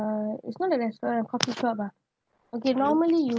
uh it's not a restaurant coffee shop ah okay normally you